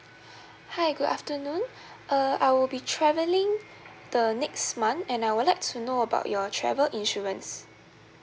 hi good afternoon uh I will be travelling the next month and I would like to know about your travel insurance